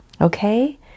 Okay